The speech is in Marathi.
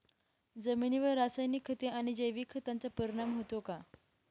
जमिनीवर रासायनिक खते आणि जैविक खतांचा परिणाम होतो का?